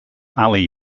alley